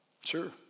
Sure